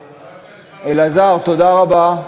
אלעזר, תודה רבה,